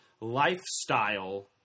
lifestyle